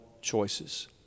choices